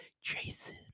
Jason